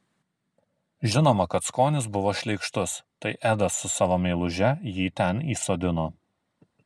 žinoma kad skonis buvo šleikštus tai edas su savo meiluže jį ten įsodino